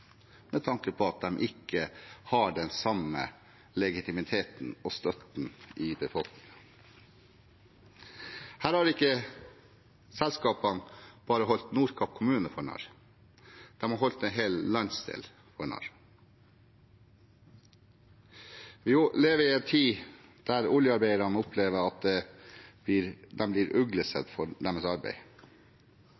med tanke på at de ikke har den samme legitimiteten og støtten i befolkningen. Her har ikke selskapene bare holdt Nordkapp kommune for narr. De har holdt en hel landsdel for narr. Vi lever i en tid da oljearbeiderne opplever at de blir